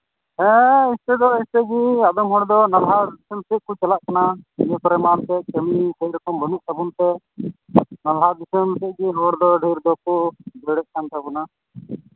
ᱦᱮᱸ ᱚᱱᱛᱮ ᱫᱚ ᱟᱫᱚᱢ ᱦᱚᱲᱫᱚ ᱱᱟᱞᱦᱟ ᱥᱮᱫ ᱪᱟᱞᱟᱜ ᱠᱟᱱᱟ ᱠᱤᱭᱟᱹ ᱠᱚᱨᱮᱫ ᱢᱟᱠᱚ ᱠᱟᱹᱢᱤ ᱠᱚ ᱥᱮᱭ ᱨᱚᱠᱚᱢ ᱵᱟᱹᱱᱩᱜ ᱛᱟᱵᱚᱱ ᱛᱮ ᱱᱟᱞᱦᱟ ᱫᱤᱥᱚᱢ ᱥᱮᱫ ᱜᱮ ᱦᱚᱲ ᱫᱚ ᱰᱷᱮᱨ ᱫᱚᱠᱚ ᱫᱟᱹᱲᱮᱫ ᱠᱟᱱ ᱛᱟᱵᱚᱱᱟ